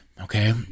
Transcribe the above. Okay